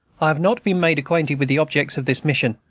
i have not been made acquainted with the objects of this mission,